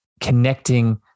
connecting